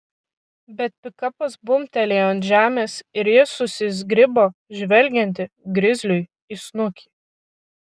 bet pikapas bumbtelėjo ant žemės ir ji susizgribo žvelgianti grizliui į snukį